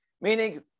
Meaning